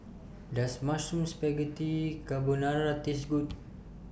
Does Mushroom Spaghetti Carbonara Taste Good